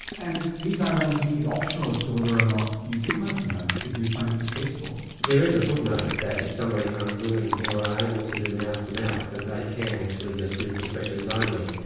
and the new guidelines make it optional as to whether or not you give mouth-to-mouth if you find it distasteful? there is a footnote that if somebody's unwilling or unable to do mouth-to-mouth, that they can actually just do compressions only.